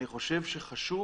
אני חושב שחשוב